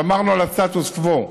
שמרנו על הסטטוס קוו.